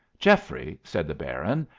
geoffrey, said the baron,